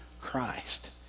Christ